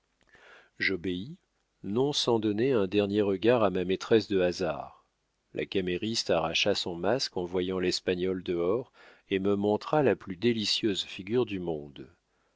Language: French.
j'obéis non sans donner un dernier regard à ma maîtresse de hasard la camériste arracha son masque en voyant l'espagnol dehors et me montra la plus délicieuse figure du monde